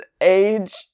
age